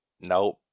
Nope